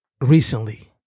recently